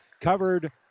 covered